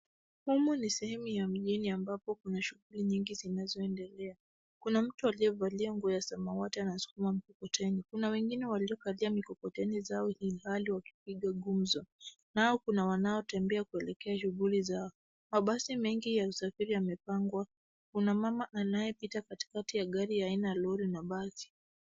Humu ni sehemu ya mjini ambapo kuna shughuli nyingi zinazoendelea. Kuna mtu aliyevalia nguo ya samawati anasukuma mkokoteni. Kuna wengine waliopakia mikokoteni zao ilhali wakipiga ngumzo. Nao kuna wanaotembea kuelekea shughuli zao. Mabasi mengi ya usafiri yamepangwa. Kuna mama anayepita katikati ya gari ya aina ya lori na basi.